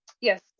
Yes